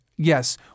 Yes